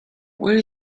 where